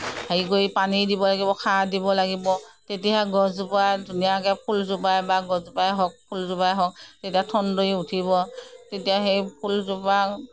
হেৰি কৰি পানী দিব লাগিব সাৰ দিব লাগিব তেতিয়াহে গছজোপা ধুনীয়াকৈ ফুলজোপাই বা গছজোপাই হওক ফুলজোপাই হওক তেতিয়া ঠন ধৰি উঠিব তেতিয়া সেই ফুলজোপা